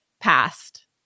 past